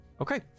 Okay